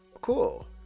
cool